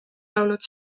laulud